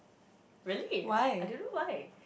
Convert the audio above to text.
really ah I don't know why